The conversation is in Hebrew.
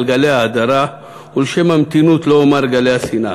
גלי ההדרה ולשם המתינות לא אומר גלי השנאה.